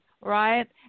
right